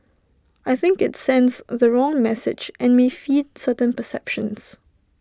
I think IT sends the wrong message and may feed certain perceptions